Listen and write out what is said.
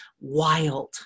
wild